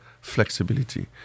flexibility